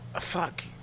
fuck